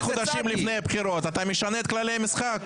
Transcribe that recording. ארבעה חודשים לפני הבחירות אתה משנה את כללי המשחק.